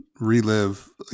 relive